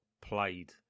played